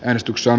äänestyksen